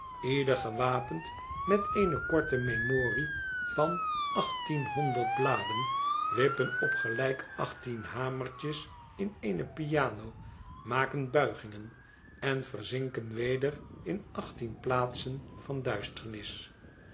ieder gewapend met eene korte memorie van achttienhonderd bladen wippen op gelijk achttien hamertjes in eene piano maken buigingen en verzinken weder in achttien plaatsen van duisternis